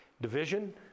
Division